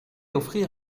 offrir